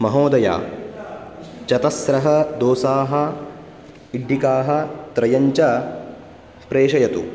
महोदय चतस्रः दोसाः इड्लिकाः त्रयं च प्रेषयतु